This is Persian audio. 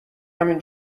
همین